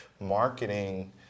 marketing